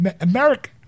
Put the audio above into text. America